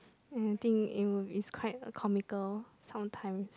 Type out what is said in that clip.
and I think it would it was quite comical sometimes